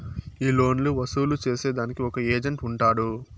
ఈ లోన్లు వసూలు సేసేదానికి ఒక ఏజెంట్ ఉంటాడు